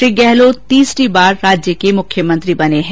श्री गहलोत तीसरी बार राज्य के मुख्यमंत्री बने हैं